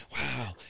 wow